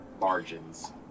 margins